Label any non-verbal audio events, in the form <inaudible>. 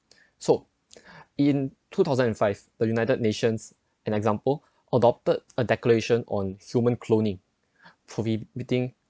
so <breath> in two thousand and five the united nations an example adopted a declaration on human cloning prohibiting